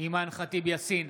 אימאן ח'טיב יאסין,